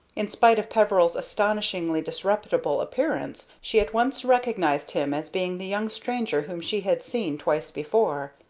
in spite of peveril's astonishingly disreputable appearance, she at once recognized him as being the young stranger whom she had seen twice before,